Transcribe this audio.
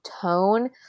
tone